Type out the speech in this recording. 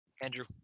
Andrew